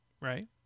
Right